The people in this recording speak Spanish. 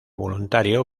voluntario